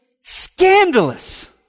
scandalous